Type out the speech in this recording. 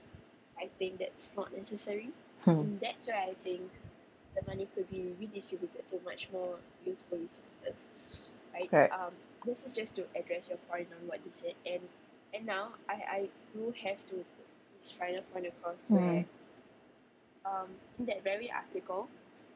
hmm right mmhmm